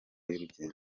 y’urugendo